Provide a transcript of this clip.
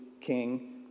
king